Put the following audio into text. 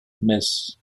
metz